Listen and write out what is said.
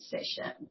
session